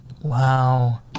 wow